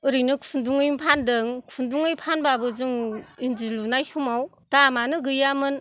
ओरैनो खुन्दुङैनो फानदों खुन्दुङै फानबाबो जोङो इन्दि लुनाय समाव दामानो गैयामोन